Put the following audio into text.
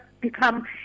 become